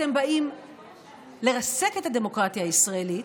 אתם באים לרסק את הדמוקרטיה הישראלית,